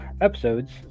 episodes